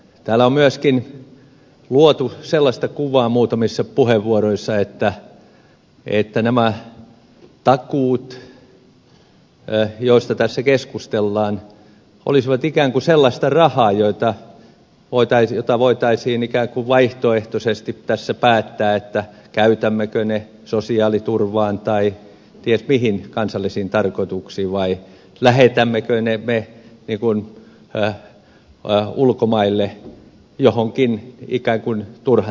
täällä on myöskin luotu sellaista kuvaa muutamissa puheenvuoroissa että nämä takuut joista tässä keskustellaan olisivat ikään kuin sellaista rahaa josta voitaisiin ikään kuin vaihtoehtoisesti tässä päättää käytämmekö ne sosiaaliturvaan tai ties mihin kansallisiin tarkoituksiin vai lähetämmekö me ne ulkomaille johonkin ikään kuin turhan takia